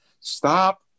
stop